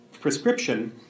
prescription